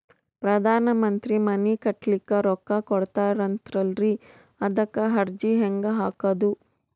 ಪ್ರಧಾನ ಮಂತ್ರಿ ಮನಿ ಕಟ್ಲಿಕ ರೊಕ್ಕ ಕೊಟತಾರಂತಲ್ರಿ, ಅದಕ ಅರ್ಜಿ ಹೆಂಗ ಹಾಕದು?